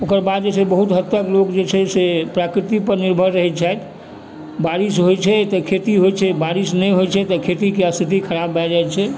ओकर बाद जे छै बहुत हदतक लोग जे छै से प्रकृतिपर निर्भर रहैत छथि बारिश होइ छै तऽ खेती होइ छै बारिश नहि होइ छै तऽ खेतीके स्थिति खराब भए जाइ छै